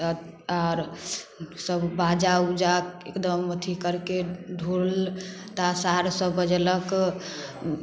आर सब बाजा उजा एकदम अथी करके ढोल ताशा आर सब बजेलक